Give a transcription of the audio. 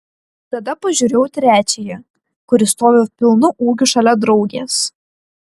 tada pažiūrėjau trečiąją kur ji stovi pilnu ūgiu šalia draugės